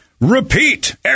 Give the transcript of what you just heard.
repeat